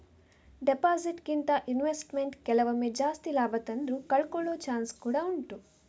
deposit ಗಿಂತ investment ಕೆಲವೊಮ್ಮೆ ಜಾಸ್ತಿ ಲಾಭ ತಂದ್ರೂ ಕಳ್ಕೊಳ್ಳೋ ಚಾನ್ಸ್ ಕೂಡಾ ಉಂಟು